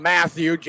Matthew